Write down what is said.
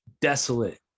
desolate